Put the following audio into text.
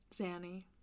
Zanny